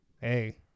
Hey